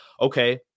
okay